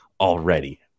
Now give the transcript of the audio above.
already